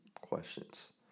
questions